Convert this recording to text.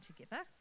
together